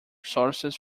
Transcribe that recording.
sources